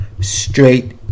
straight